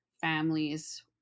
families